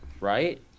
right